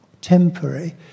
temporary